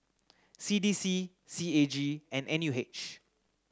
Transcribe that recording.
C D C C A G and N U H